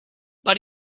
but